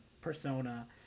persona